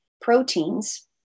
proteins